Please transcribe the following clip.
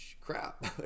crap